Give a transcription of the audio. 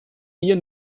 hier